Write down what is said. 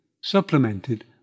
supplemented